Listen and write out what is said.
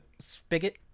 spigot